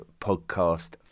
Podcast